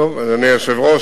אדוני היושב-ראש,